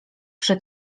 przy